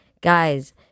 Guys